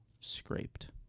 scraped